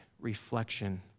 reflection